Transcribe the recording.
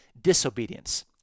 disobedience